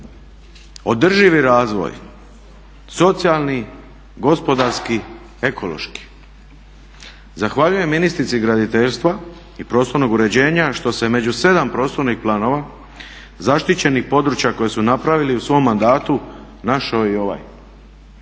održivi razvoj, socijalni, gospodarski, ekološki. Zahvaljujem ministrici graditeljstva i prostornog uređenja što se među sedam prostornih planova zaštićenih područja koja su napravili u svom mandatu našao i ovaj.